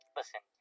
listen